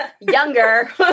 younger